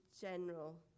general